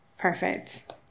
Perfect